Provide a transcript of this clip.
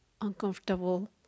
uncomfortable